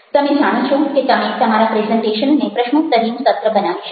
તમે જાણો છો કે તમે તમારા પ્રેઝન્ટેશનને પ્રશ્નોત્તરીનું સત્ર બનાવી શકો